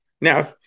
Now